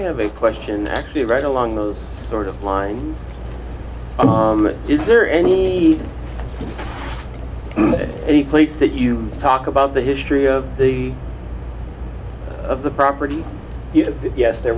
have a question actually right along those sort of lines is there any place that you talk about the history of the of the property yes there